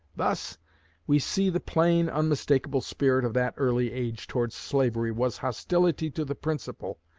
thus we see the plain, unmistakable spirit of that early age towards slavery was hostility to the principle,